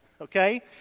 okay